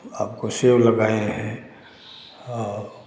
आपको सेब लगाएँ हैं और